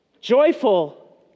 joyful